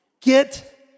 get